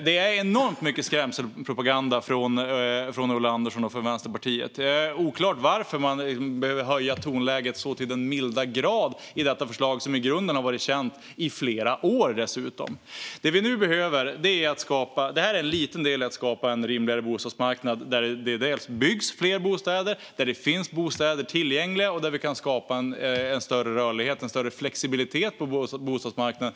Det kommer enormt mycket skrämselpropaganda från Ulla Andersson och Vänsterpartiet. Det är oklart varför man behöver höja tonläget så till den milda grad gällande detta förslag, som dessutom i grunden har varit känt i flera år. Detta är en liten del i att skapa en rimligare bostadsmarknad där det byggs fler bostäder, där det finns bostäder tillgängliga och där vi kan skapa en större rörlighet och flexibilitet på bostadsmarknaden.